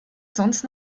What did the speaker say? sonst